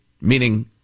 meaning